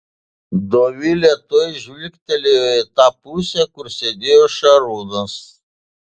dovilė tuoj žvilgtelėjo į tą pusę kur sėdėjo šarūnas